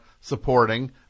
supporting